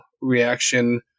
reaction